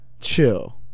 chill